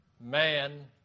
man